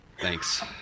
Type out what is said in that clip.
thanks